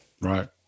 Right